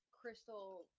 crystal